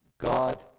God